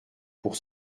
pour